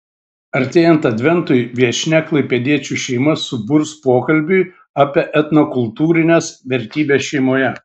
artėjant adventui viešnia klaipėdiečių šeimas suburs pokalbiui apie etnokultūrines vertybes šeimoje